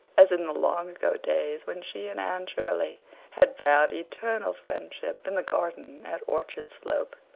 as in the long-ago days when she and anne shirley had vowed eternal friendship in the garden at orchard slope.